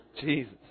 Jesus